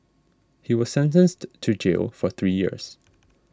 he was sentenced to jail for three years